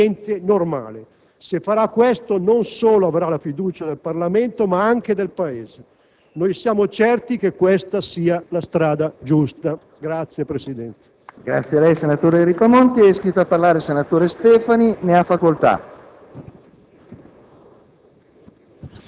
agli interessi degli utenti, della gente normale. Se farà questo, non solo avrà la fiducia del Parlamento ma anche del Paese. Noi siamo certi che questa sia la strada giusta. *(Applausi